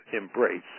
embrace